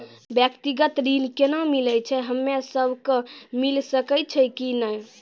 व्यक्तिगत ऋण केना मिलै छै, हम्मे सब कऽ मिल सकै छै कि नै?